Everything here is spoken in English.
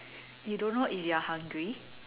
you don't know if you're hungry